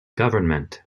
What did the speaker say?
government